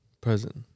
Present